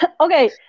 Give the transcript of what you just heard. Okay